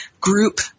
group